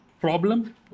problem